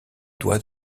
doigt